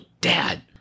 Dad